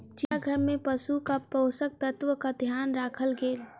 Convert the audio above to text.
चिड़ियाघर में पशुक पोषक तत्वक ध्यान राखल गेल